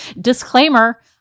disclaimer